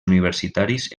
universitaris